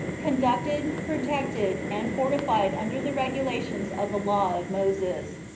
conducted, protected, and for tified under the regulations of the law of moses,